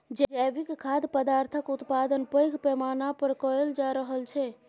जैविक खाद्य पदार्थक उत्पादन पैघ पैमाना पर कएल जा रहल छै